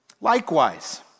Likewise